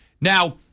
Now